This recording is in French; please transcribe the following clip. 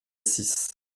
six